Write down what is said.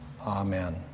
amen